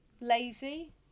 lazy